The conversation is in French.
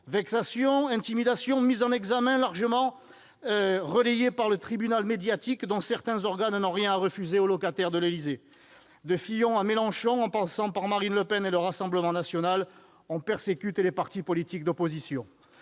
Vexations, intimidations et mises en examen sont largement relayées par le tribunal médiatique, dont certains organes n'ont rien à refuser au locataire de l'Élysée. De Fillon à Mélenchon, en passant par Marine Le Pen et le Rassemblement national, on persécute les partis politiques d'opposition.